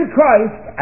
Christ